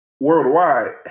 worldwide